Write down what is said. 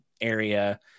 area